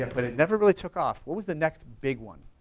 but it never really took off. what was the next big one?